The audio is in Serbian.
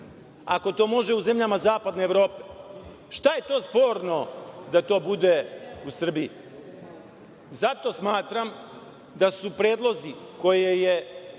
ako to može u zemljama zapadne Evrope, šta je to sporno da to bude u Srbiji? Zato smatram da su predlozi koje je